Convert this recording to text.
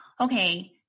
okay